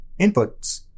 inputs